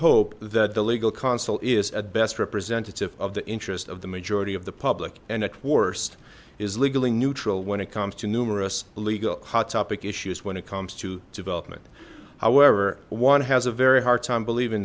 hope that the legal counsel is at best representative of the interest of the majority of the public and at worst is legally neutral when it comes to numerous legal hot topic issues when it comes to development however one has a very hard time believing